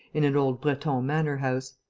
in an old breton manor-house.